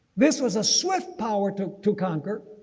this was a swift power to to conquer.